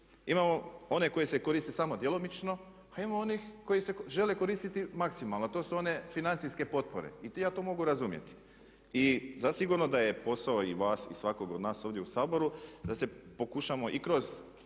Imamo one koji se koriste samo djelomično, a ima onih koji se žele koristiti maksimalno. To su one financijske potpore i ja to mogu razumjeti. I zasigurno da je posao i vas i svakog od nas ovdje u Saboru da se pokušamo i kroz